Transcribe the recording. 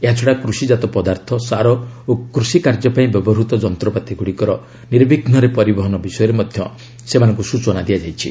ଏହାଛଡ଼ା କୃଷିଜାତ ପଦାର୍ଥ ସାର ଓ କୃଷିକାର୍ଯ୍ୟ ପାଇଁ ବ୍ୟବହୃତ ଯନ୍ତ୍ରପାତିଗୁଡ଼ିକର ନିର୍ବିଘ୍ନରେ ପରିବହନ ବିଷୟରେ ମଧ୍ୟ ସେମାନଙ୍କୁ ସୂଚନା ଦିଆଯାଇଛି